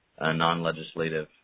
non-legislative